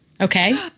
okay